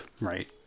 right